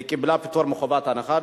היא קיבלה פטור מחובת הנחה,